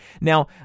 Now